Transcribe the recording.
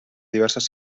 diverses